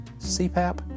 CPAP